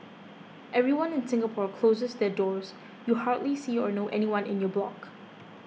everyone in Singapore closes their doors you hardly see or know anyone in your block